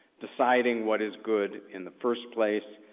deciding what is good in the first place,